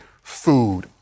food